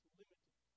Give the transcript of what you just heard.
limited